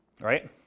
Right